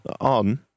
on